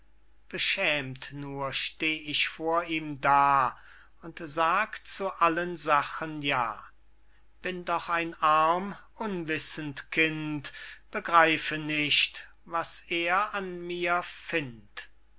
beschämt nur steh ich vor ihm da und sag zu allen sachen ja bin doch ein arm unwissend kind begreife nicht was er an mir find't